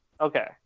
okay